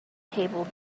table